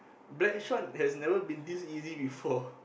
Blackshot has never been this easy before